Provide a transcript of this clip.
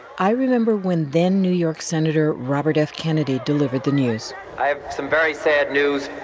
i remember when then-new york senator robert f. kennedy delivered the news i have some very sad news.